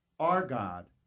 our god,